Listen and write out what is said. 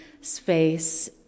space